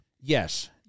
Yes